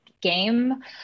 game